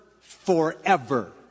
forever